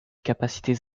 capacités